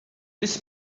this